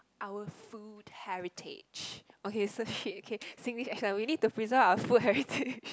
our food heritage okay so shit okay Singlish accent we need to preserve our food heritage